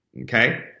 Okay